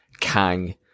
Kang